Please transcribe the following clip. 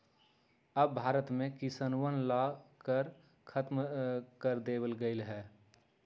अब भारत में किसनवन ला कर खत्म कर देवल गेले है